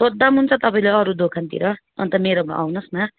सोध्दा पनि हुन्छ तपाईँले अरू दोकानतिर अन्त मेरोमा आउनुहोस् न